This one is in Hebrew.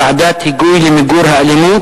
ועדת היגוי למיגור האלימות,